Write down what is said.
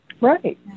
Right